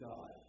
God